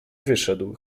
wyszedł